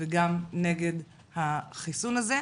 וגם נגד החיסון הזה.